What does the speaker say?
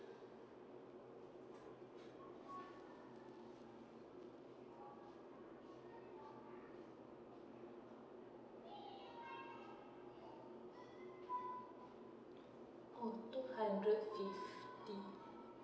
oh two hundred eighty